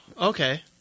okay